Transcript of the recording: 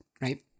right